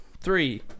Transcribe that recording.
three